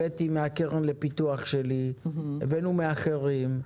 הבאתי מהקרן לפיתוח שלי, הבאנו מאחרים,